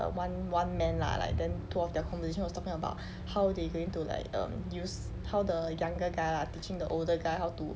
err one one man lah like then two of their conversation was talking about how they going to like um use how the younger guy lah like teaching the older guy how to